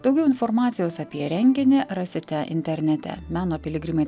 daugiau informacijos apie renginį rasite internete meno piligrimai